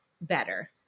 better